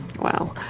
Wow